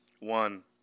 One